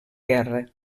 guerra